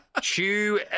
Chew